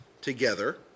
together